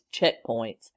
checkpoints